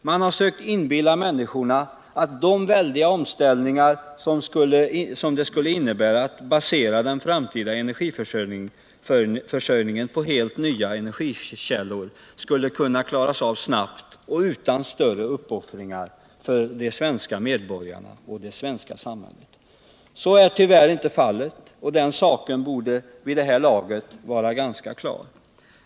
Man har sökt inbilla människorna att de väldiga omställningar som det skulle innebära att basera den framtida energiförsörjningen på helt nya energikällor skulle kunna klaras av snabbt och utan större uppoffringar för de svenska medborgarna och det svenska samhället. Så är emellertid inte fallet; den saken borde vid det här laget vara ganska klar.